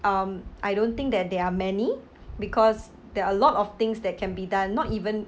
um I don't think that there are many because there are a lot of things that can be done not even